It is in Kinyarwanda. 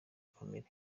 kamere